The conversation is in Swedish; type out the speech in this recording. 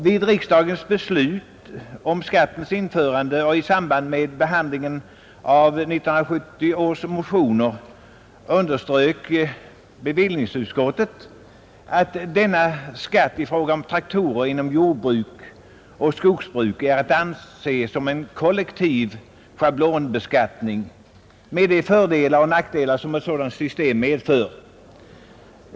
När riksdagen beslöt om skattens införande 1969 och i samband med behandlingen av 1970 års motioner i ärendet underströk bevillningsutskottet att skatten på traktorer inom jordbruk och skogsbruk är att anse som en kollektiv schablonbeskattning med de fördelar och nackdelar som ett sådant system medför.